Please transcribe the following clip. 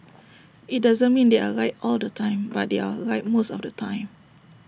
IT doesn't mean they are right all the time but they are right most of the time